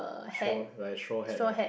straw like a straw hat like that